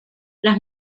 las